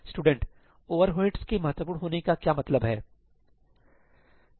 student overheads के महत्वपूर्ण होने का क्या मतलब है